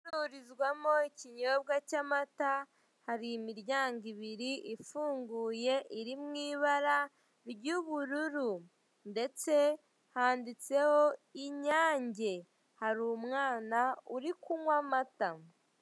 Inzu icururizwamo ikinybwa cy'amata hari imiryango ibiri ifunguye iri mu ibara ry'ubururu ndetse handitseho Inyange, hari umwana uri kunywa amata.